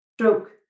stroke